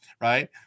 Right